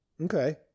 Okay